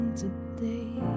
today